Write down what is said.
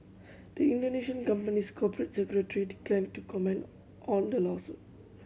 the Indonesian company's corporate secretary declined to comment on the lawsuit